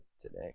today